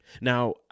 Now